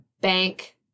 bank